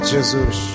Jesus